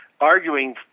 arguing